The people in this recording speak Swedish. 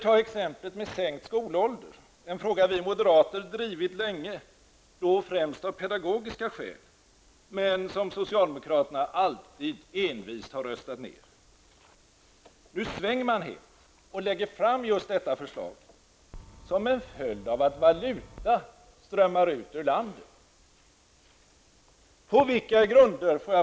Ta exemplet med sänkningen av skolåldern -- en sak som vi moderater har verkat för länge, främst av pedagogiska skäl, men som socialdemokraterna alltid envist har röstat ned. Nu svänger man helt och lägger fram just detta förslag, som en följd av att valuta strömmar ut ur landet.